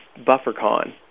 BufferCon